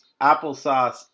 applesauce